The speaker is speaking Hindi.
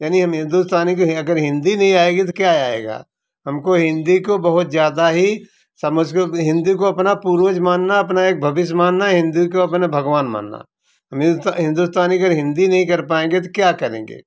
यानी हम हिंदुस्तानी के अगर हिंदी नहीं आएगी तो क्या आएगा हमको हिंदी को बहुत ज्यादा ही समझ गए कि हिंदी को अपना पूर्वज मानना अपना एक भविष्य मानना हिंदू का अपना भगवान मानना मिलता हिंदुस्तानी अगर हिंदी नहीं कर पाएँगे तो क्या करेंगे